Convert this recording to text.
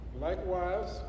Likewise